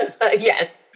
Yes